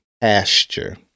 pasture